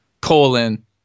colon